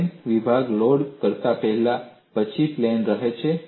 plane વિભાગ load કરતા પહેલા અને પછી પ્લેન રહે છે